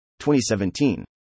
2017